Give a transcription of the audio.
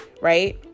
Right